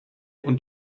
und